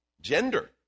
gender